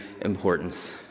importance